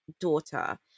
daughter